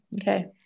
Okay